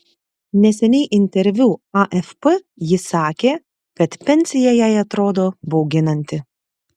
neseniai interviu afp ji sakė kad pensija jai atrodo bauginanti